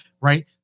right